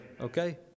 Okay